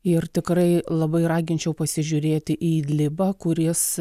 ir tikrai labai raginčiau pasižiūrėti į iglipą kuris